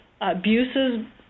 abuses